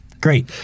Great